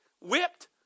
whipped